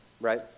right